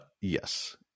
Yes